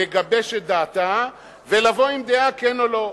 לגבש את דעתה, ולבוא עם דעה, כן או לא.